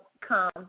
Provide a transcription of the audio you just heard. come